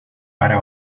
para